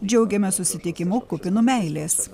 džiaugiamės susitikimu kupinu meilės